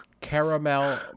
Caramel